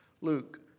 Luke